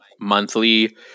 monthly